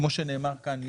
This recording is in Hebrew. כפי שנאמר כאן,